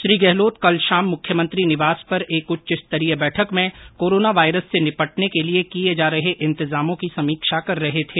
श्री गहलोत कल शाम मुख्यमंत्री निवास पर एक उच्च स्तरीय बैठक में कोरोना वायरस से निपटने के लिए किए जा रहे इंतजामों की समीक्षा कर रहे थे